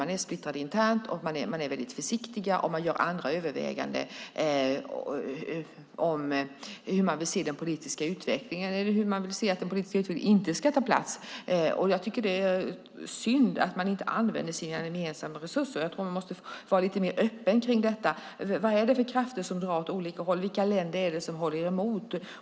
Man är splittrad internt, man är försiktig och man gör andra överväganden av hur man vill se den politiska utvecklingen eller hur man vill se att den inte ska ta plats. Jag tycker att det är synd att EU inte använder sina gemensamma resurser. Jag tror att man måste vara lite mer öppen med detta. Vad är det för krafter som drar åt olika håll? Vilka länder är det som håller emot?